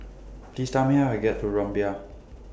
Please Tell Me How to get to Rumbia